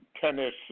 tennis